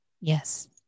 Yes